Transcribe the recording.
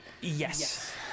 Yes